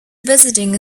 visiting